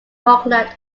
falkland